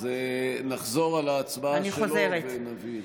אז נחזור על ההצבעה שלו ונבהיר.